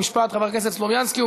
חוק ומשפט חבר הכנסת סלומינסקי,